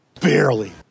Barely